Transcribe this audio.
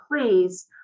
Please